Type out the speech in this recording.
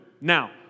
Now